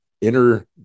inner